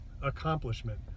accomplishment